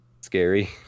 scary